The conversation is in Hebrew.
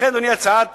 לכן, אדוני, הצעת